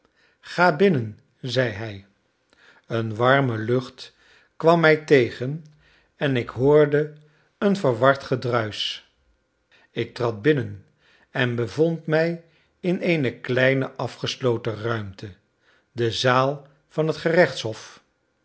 ga binnen zeide hij een warme lucht kwam mij tegen en ik hoorde een verward gedruisch ik trad binnen en bevond mij in eene kleine afgesloten ruimte de zaal van het gerechtshof